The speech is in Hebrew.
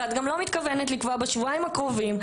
ואת גם לא מתכוונת לקבוע בשבועיים הקרובים,